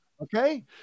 okay